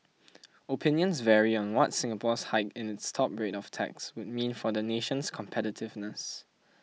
opinions vary on what Singapore's hike in its top rate of tax would mean for the nation's competitiveness